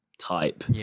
type